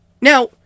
Now